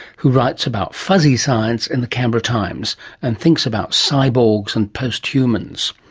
who writes about fuzzy science in the canberra times and thinks about cyborgs and post-humans.